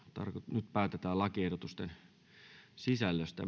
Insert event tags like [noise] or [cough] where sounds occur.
nyt päätetään lakiehdotusten sisällöstä [unintelligible]